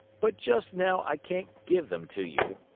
but just now i can't give them to you.